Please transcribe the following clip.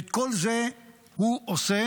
ואת כל זה הוא עושה